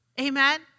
Amen